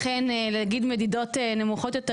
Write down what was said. לכן להגיד מדידות נמוכות יותר,